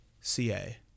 CA